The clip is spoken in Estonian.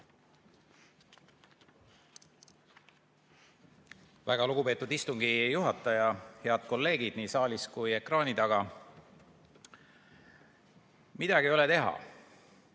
Väga lugupeetud istungi juhataja! Head kolleegid nii saalis kui ka ekraani taga! Midagi ei ole teha,